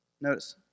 notice